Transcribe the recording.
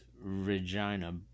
Regina